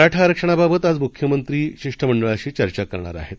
मराठाआरक्षणाबाबतआजमुख्यमंत्रीशिष्टमंडळाशीचर्चाकरणारआहेत